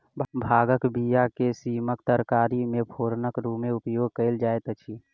भांगक बीया के सीमक तरकारी मे फोरनक रूमे उपयोग कयल जाइत अछि